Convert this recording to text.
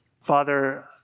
Father